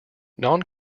non